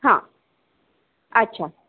हां अच्छा